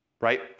right